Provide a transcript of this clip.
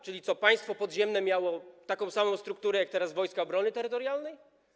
Czyli co, państwo podziemne miało taką samą strukturę jak teraz Wojska Obrony Terytorialnej?